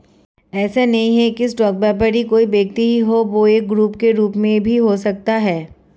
ऐसा नहीं है की स्टॉक व्यापारी कोई व्यक्ति ही हो वह एक ग्रुप के रूप में भी हो सकता है